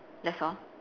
that's all